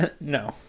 no